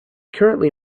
currently